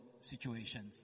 situations